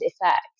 effect